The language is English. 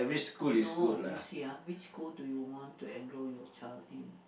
no you see ah which school do you want to enroll your child in